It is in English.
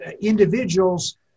individuals